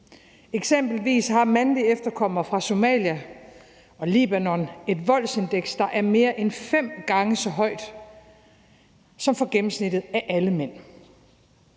voldsindekset for mandlige efterkommere fra Somalia og Libanon mere end fem gange så højt end for gennemsnittet af alle mænd.